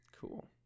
Cool